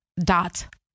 dot